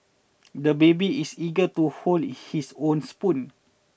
the baby is eager to hold his own spoon